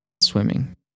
Swimming